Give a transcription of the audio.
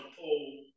pull